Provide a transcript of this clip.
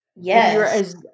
Yes